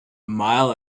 mile